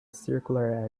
circular